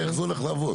איך זה הולך לעבוד?